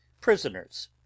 prisoners